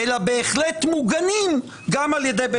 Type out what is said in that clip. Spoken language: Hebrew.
אלא בהחלט מוגנים גם על ידי בית המשפט העליון.